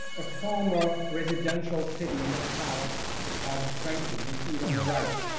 a former residential city in the south of franklin, you see it on the right.